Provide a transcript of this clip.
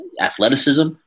athleticism